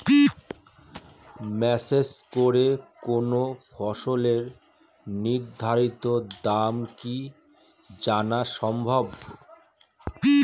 Message করে কোন ফসলের নির্ধারিত দাম কি জানা সম্ভব?